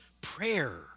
prayer